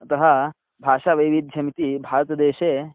अतः भाषावैविध्यमिति भारतदेशे